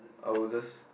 I will just